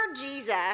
Jesus